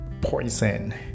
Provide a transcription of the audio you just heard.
poison